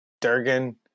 Durgan